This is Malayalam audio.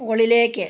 മുകളിലേക്ക്